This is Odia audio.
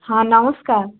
ହଁ ନମସ୍କାର